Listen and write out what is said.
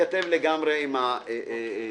מתכתב לגמרי עם המציאות.